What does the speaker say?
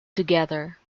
together